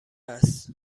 است